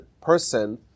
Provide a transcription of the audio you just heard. person